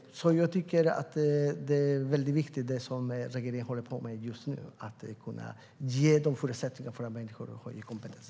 Det som regeringen håller på med just nu är väldigt viktigt: att ge människor förutsättningar för att höja sin kompetens.